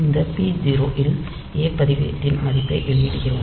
இந்த p0 இல் A பதிவேட்டின் மதிப்பை வெளியிடுகிறோம்